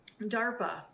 DARPA